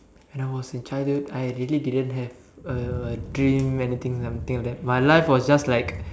when I was in childhood I really didn't have a dream anything or something like that my life was just like